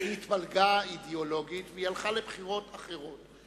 היא התפלגה אידיאולוגית, והיא הלכה לבחירות אחרות.